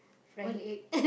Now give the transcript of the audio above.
frying egg